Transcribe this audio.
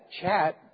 chat